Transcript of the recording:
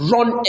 Run